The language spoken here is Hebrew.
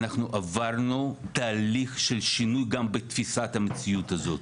אנחנו עברנו תהליך של שינוי גם בתפיסת המציאות הזאת.